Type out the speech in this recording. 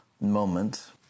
moment